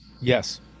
Yes